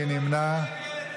מי נמנע?